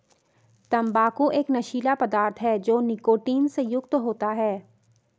तंबाकू एक नशीला पदार्थ है जो निकोटीन से युक्त होता है